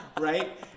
Right